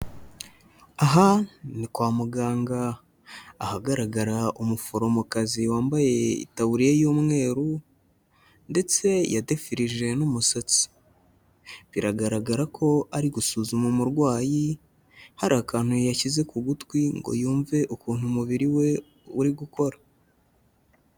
Aha ni kwa muganga ahagaragara umuforomokazi wambaye itaburiya y'umweru ndetse yadefirije n'umusatsi, biragaragara ko ari gusuzuma umurwayi hari akantu yashyize ku gutwi ngo yumve ukuntu umubiri we uri gukora.